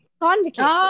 convocation